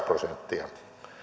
prosenttia